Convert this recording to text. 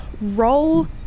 roll